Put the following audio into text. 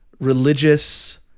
religious